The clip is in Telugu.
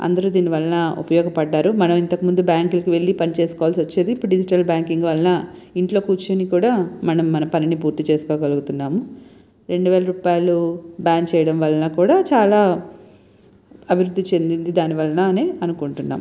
అందరూ దీని వలన ఉపయోగపడ్డారు మనం ఇంతకుముందు బ్యాంకుకు వెళ్లి పని చేసుకోవలిసొచ్చేది ఇప్పుడు డిజిటల్ బ్యాంకింగ్ వల్ల ఇంట్లో కూర్చుని కూడా మనం మన పనిని పూర్తి చేసుకోగలుగుతున్నాము రెండు వేల రూపాయలు బ్యాన్ చేయడం వలన కూడా చాలా అభివృద్ధి చెందింది దాని వలన అని అనుకుంటున్నాం